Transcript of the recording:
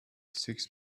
six